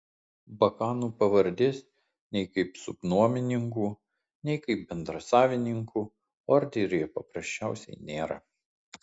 bakanų pavardės nei kaip subnuomininkų nei kaip bendrasavininkų orderyje paprasčiausiai nėra